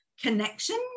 connection